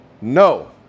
No